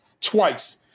twice